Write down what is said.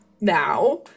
now